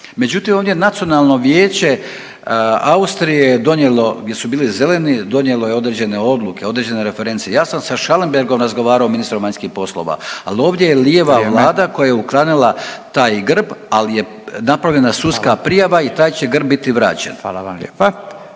Međutim, ovdje Nacionalno vijeće Austrije je donijelo, gdje su bili Zeleni donijelo je određene odluke, određene referencije, ja sam Schallenbergom razgovarao, ministrom vanjskih poslova. Ali ovdje je lijeva vlada koja .../Upadica: Vrijeme./... je .../Govornik se ne razumije./... taj grb, ali je napravljena sudska prijava i taj će grb biti vraćen. **Radin, Furio